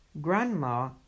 grandma